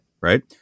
right